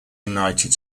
united